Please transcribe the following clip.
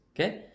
Okay